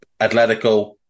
Atletico